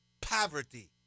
poverty